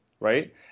right